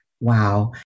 Wow